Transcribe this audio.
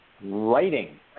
writing